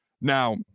Now